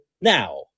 now